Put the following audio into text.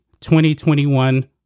2021